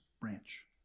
branch